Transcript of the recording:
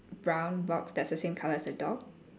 brown box that's the same colour as the dog